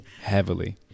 heavily